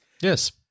Yes